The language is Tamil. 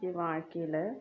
என் வாழ்க்கையில்